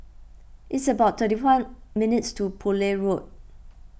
it's about thirty one minutes' walk to Poole Road